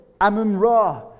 Amun-Ra